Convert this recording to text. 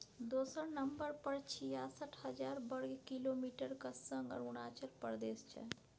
दोसर नंबर पर छियासठ हजार बर्ग किलोमीटरक संग अरुणाचल प्रदेश छै